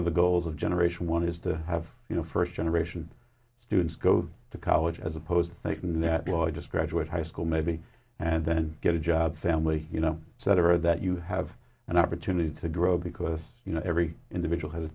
of the goals of generation one is to have you know first generation students go to college as opposed to thinking that boy just graduate high school maybe and then get a job family you know so there are that you have an opportunity to grow because you know every individual has a